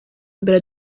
mbere